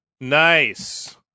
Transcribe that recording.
Nice